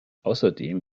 außerdem